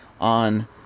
on